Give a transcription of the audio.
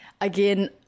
Again